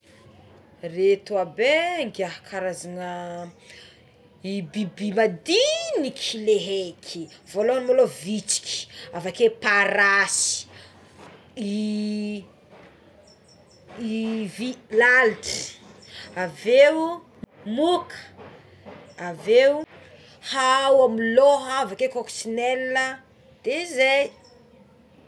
Reto aby inga karazana biby i biby mandika le ieky volohany maloha vitsika, avakeo parasy, i lalitry, aveo moka, aveo hao amigny loha, avy akeo koksinela de zay.